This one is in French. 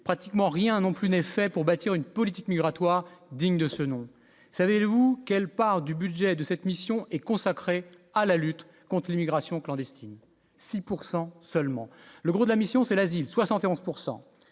pratiquement rien non plus n'est fait pour bâtir une politique migratoire digne de ce nom, savez-vous quelle part du budget de cette mission est consacrée à la lutte contre immigration clandestine 6 pourcent seulement, le gros de la mission, c'est l'asile 71